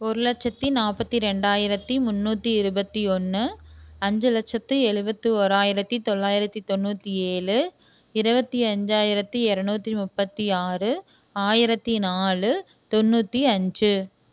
ஒரு லட்சத்து நாப்பத்து ரெண்டாயிரத்து முன்னூற்றி இருபத்து ஒன்று அஞ்சு லட்சத்து எழுபத்தி ஓராயிரத்து தொள்ளாயிரத்து தொண்ணூற்றி ஏழு இருபத்தி அஞ்சாயிரத்து எரநூற்றி முப்பத்து ஆறு ஆயிரத்து நாலு தொண்ணூற்றி அஞ்சு